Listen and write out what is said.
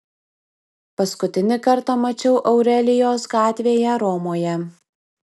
paskutinį kartą mačiau aurelijos gatvėje romoje